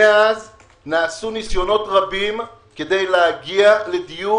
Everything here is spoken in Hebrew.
מאז נעשו ניסיונות רבים כדי להגיע לדיון